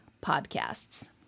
podcasts